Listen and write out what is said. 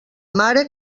mare